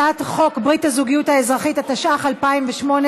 הצעת חוק ברית הזוגיות האזרחית, התשע"ח 2018,